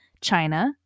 China